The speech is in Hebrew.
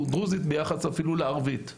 אפילו ביחס לחברה הערבית.